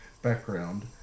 background